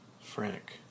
Frank